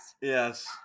Yes